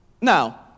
Now